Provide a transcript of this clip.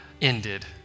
ended